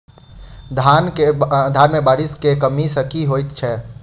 धान मे बारिश केँ कमी सँ की होइ छै?